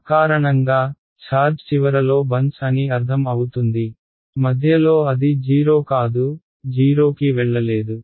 అకారణంగా ఛార్జ్ చివరలో బంచ్ అని అర్ధం అవుతుంది మధ్యలో అది 0 కాదు 0 కి వెళ్ళలేదు